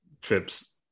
trips